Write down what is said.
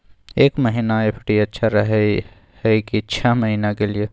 एक महीना एफ.डी अच्छा रहय हय की छः महीना के लिए?